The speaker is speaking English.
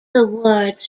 awards